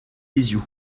hiziv